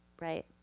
right